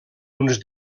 uns